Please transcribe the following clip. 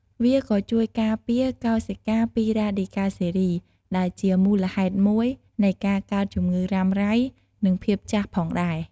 វាក៏ជួយការពារកោសិកាពីរ៉ាឌីកាល់សេរី ដែលជាមូលហេតុមួយនៃការកើតជំងឺរ៉ាំរ៉ៃ និងភាពចាស់ផងដែរ។